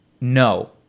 No